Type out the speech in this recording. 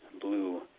blue